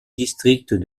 district